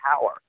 power